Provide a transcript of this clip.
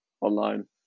online